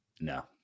No